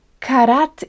Karat